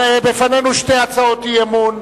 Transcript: לפנינו שתי הצעות אי-אמון.